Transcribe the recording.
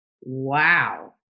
wow